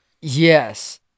Yes